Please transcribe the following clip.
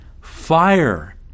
fire